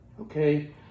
Okay